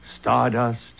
Stardust